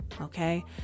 okay